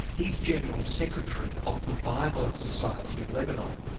he's general secretary of the bible society of lebanon.